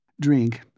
Drink